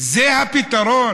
זה דבר הגיוני,